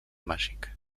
màgic